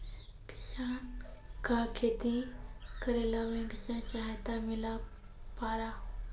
किसान का खेती करेला बैंक से सहायता मिला पारा?